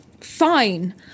fine